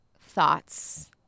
thoughts